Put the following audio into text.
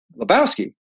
lebowski